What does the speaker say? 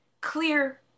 clear